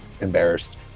embarrassed